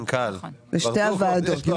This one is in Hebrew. לשתי הוועדות.